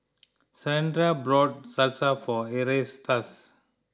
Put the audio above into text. Saundra bought Salsa for Erastus